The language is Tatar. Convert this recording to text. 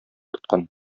тоткан